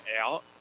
out